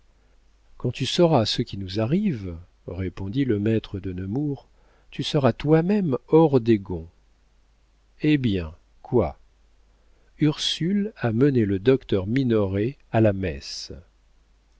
quand tu sauras ce qui nous arrive répondit le maître de nemours tu seras toi-même hors des gonds eh bien quoi ursule a amené le docteur minoret à la messe